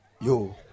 Yo